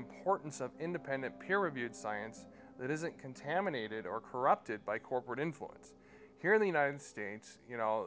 importance of independent peer reviewed science that isn't contaminated or corrupted by corporate influence here in the united states you know